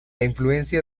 influencia